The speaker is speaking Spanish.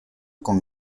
con